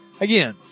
Again